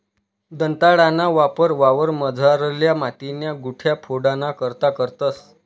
दंताळाना वापर वावरमझारल्या मातीन्या गुठया फोडाना करता करतंस